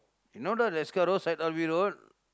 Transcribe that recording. you know the Deskar road Syed Alwi road